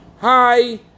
Hi